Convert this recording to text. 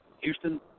Houston